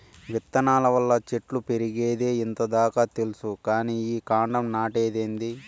విత్తనాల వల్ల చెట్లు పెరిగేదే ఇంత దాకా తెల్సు కానీ ఈ కాండం నాటేదేందీ